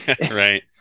right